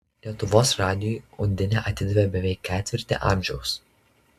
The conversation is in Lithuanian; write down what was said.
lietuvos radijui undinė atidavė beveik ketvirtį amžiaus